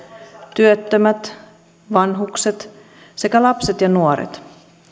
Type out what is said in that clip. työttömät vanhukset sekä lapset ja nuoret